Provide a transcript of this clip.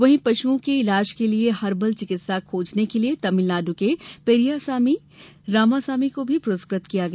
वहीं पशुओं के इलाज के लिये हरबल चिकित्सा खोजने के लिये तमिलनाडू के पेरियासामी रामासामी को भी पुरस्कृत किया गया